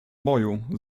boju